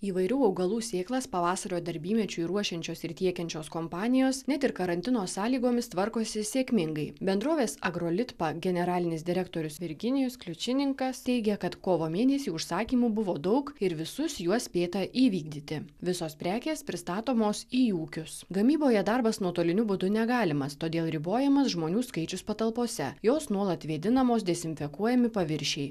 įvairių augalų sėklas pavasario darbymečiui ruošiančios ir tiekiančios kompanijos net ir karantino sąlygomis tvarkosi sėkmingai bendrovės agrolitpa generalinis direktorius virginijus kliučininkas teigia kad kovo mėnesį užsakymų buvo daug ir visus juos spėta įvykdyti visos prekės pristatomos į ūkius gamyboje darbas nuotoliniu būdu negalimas todėl ribojamas žmonių skaičius patalpose jos nuolat vėdinamos dezinfekuojami paviršiai